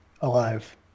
alive